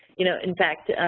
you know, in fact,